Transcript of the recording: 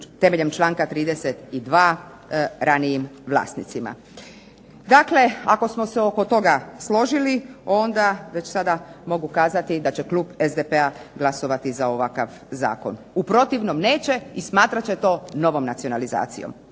temeljem članka 32. ranijim vlasnicima. Dakle, ako smo se oko toga složili onda već sada mogu kazati da će klub SDP-a glasovati za ovakav zakon. U protivnom neće i smatrat će to novom nacionalizacijom